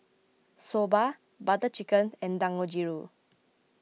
Soba Butter Chicken and Dangojiru